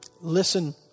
Listen